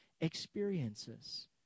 experiences